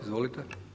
Izvolite.